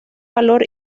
valor